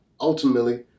ultimately